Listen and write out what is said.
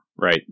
Right